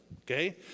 Okay